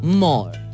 more